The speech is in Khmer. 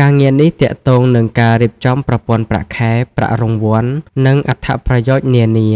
ការងារនេះទាក់ទងនឹងការរៀបចំប្រព័ន្ធប្រាក់ខែ ប្រាក់រង្វាន់ និងអត្ថប្រយោជន៍នានា